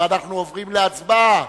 ואנחנו עוברים להצבעה